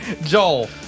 Joel